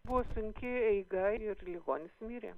buvo sunki eiga ir ligonis mirė